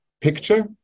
picture